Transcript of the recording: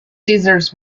caesars